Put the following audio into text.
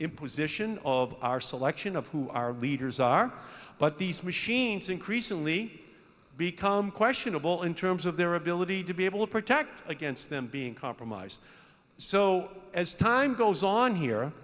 imposition of our selection of who our leaders are but these machines increasingly become questionable in terms of their ability to be able protect against them being compromised so as time goes on here